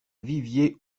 vivier